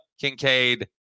Kincaid